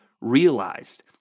realized